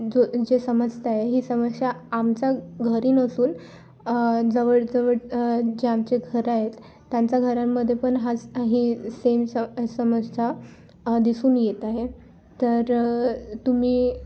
जो जे समस्या आहे ही समस्या आमचा घरी नसून जवळजवळ जे आमचे घरं आहेत त्यांच्या घरांमध्ये पण हा ही सेम स समस्या दिसून येत आहे तर तुम्ही